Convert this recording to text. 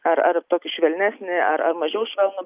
ar ar tokį švelnesnį ar ar mažiau švelnų